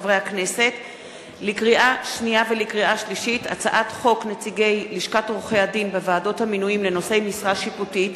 עובר לוועדת הכנסת על מנת שהיא תקבע מי היא הוועדה שתדון בעניין זה.